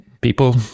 People